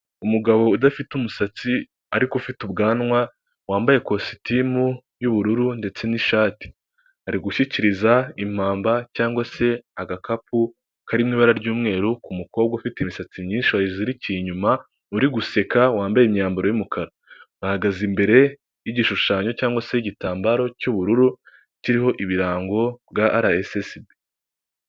Umugabo udafite umusatsi ariko ufite ubwanwa, wambaye ikositimu y'ubururu ndetse n'ishati ari gushyikiriza impamba cyangwa se agakapu karimo, ibara ry'umweru ku mukobwa ufite imisatsi myinshi wayizirikiye inyuma uri guseka wambaye imyambaro y'umukara, ahagaze imbere y'igishushanyo cyangwa se igitambaro cy'ubururu kiriho ibirango bya RSSB.